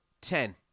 ten